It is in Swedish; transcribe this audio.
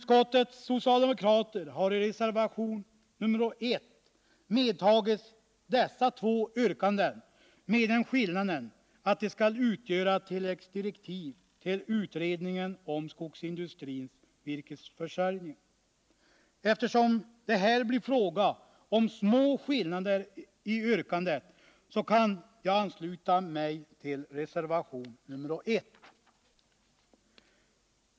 Socialdemokraterna i utskottet har i reservation 1 medtagit dessa två yrkanden — med den skillnaden att de skall utgöra tilläggsdirektiv till utredningen om skogsindustrins virkesförsörjning. Eftersom det här blir fråga om små skillnader ansluter jag mig till reservation 1.